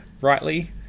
rightly